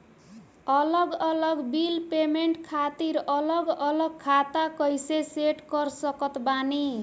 अलग अलग bill payment खातिर अलग अलग खाता कइसे सेट कर सकत बानी?